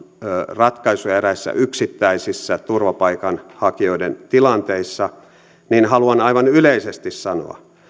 ratkaisuja eräissä yksittäisissä turvapaikanhakijoiden tilanteissa niin haluan aivan yleisesti sanoa